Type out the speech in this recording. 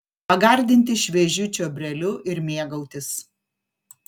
pagardinti šviežiu čiobreliu ir mėgautis